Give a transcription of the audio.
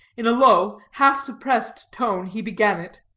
in a low, half-suppressed tone, he began it.